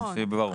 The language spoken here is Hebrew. שיהיה ברור.